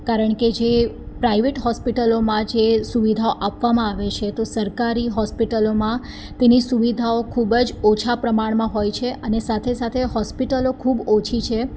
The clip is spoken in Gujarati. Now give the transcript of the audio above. કારણ કે જે પ્રાઇવેટ હોસ્પિટલોમાં જે સુવિધાઓ આપવામાં આવે છે તો સરકારી હોસ્પિટલોમાં તેની સુવિધાઓ ખૂબ જ ઓછાં પ્રમાણમાં હોય છે અને સાથે સાથે હોસ્પિટલો ખૂબ ઓછી છે